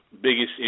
biggest